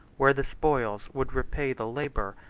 where the spoils would repay the labor,